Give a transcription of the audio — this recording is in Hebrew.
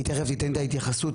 היא תכף תיתן את ההתייחסות.